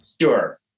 Sure